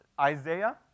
Isaiah